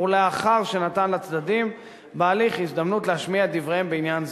ולאחר שנתן לצדדים בהליך הזדמנות להשמיע את דבריהם בעניין זה.